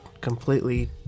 completely